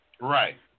Right